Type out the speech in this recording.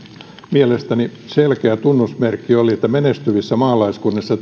mielestäni selkeä tunnusmerkki oli että menestyvissä maalaiskunnissa